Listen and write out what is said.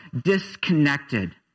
disconnected